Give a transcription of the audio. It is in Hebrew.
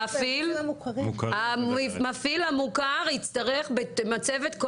המפעיל --- שרת ההתיישבות והמשימות הלאומיות